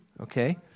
Okay